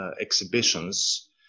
exhibitions